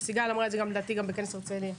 ולדעתי סיגל אמרה את זה גם בכנס הרצליה,